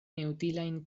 neutilaj